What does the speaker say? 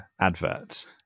adverts